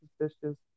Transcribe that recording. suspicious